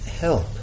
help